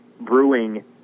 brewing